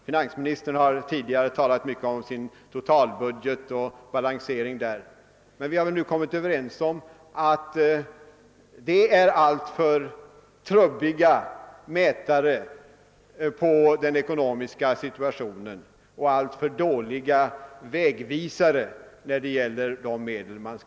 Finansministern har tidigare talat mycket om balansering av totalbudgeten, men vi är nu överens om att budgetbalanssiffror är alltför trubbiga mätare av den ekonomiska situationen och alltför dåliga vägvisare när det gäller att välja medel.